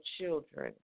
children